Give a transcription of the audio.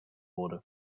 wurde